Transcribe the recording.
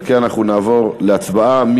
על כן נעבור להצבעה,